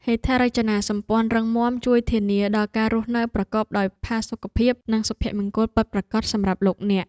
ហេដ្ឋារចនាសម្ព័ន្ធរឹងមាំជួយធានាដល់ការរស់នៅប្រកបដោយផាសុកភាពនិងសុភមង្គលពិតប្រាកដសម្រាប់លោកអ្នក។